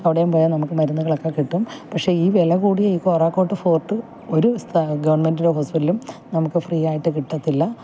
അവിടേയും പോയാൽ നമുക്ക് മരുന്നുകളൊക്കെ കിട്ടും പക്ഷെ ഈ വില കൂടിയ ഫോറകോട്ട് ഫോർട്ടിൻ ഒരു ഗവൺമെൻറ്റ് ഹോസ്പിറ്റലിലും നമുക്ക് ഫ്രീ ആയിട്ട് കിട്ടത്തില്ല